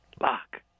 lock